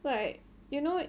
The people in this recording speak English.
like you know